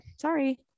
sorry